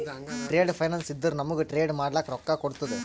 trade finance ಇದ್ದುರ ನಮೂಗ್ trade ಮಾಡ್ಲಕ ರೊಕ್ಕಾ ಕೋಡ್ತುದ